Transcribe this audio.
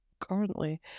currently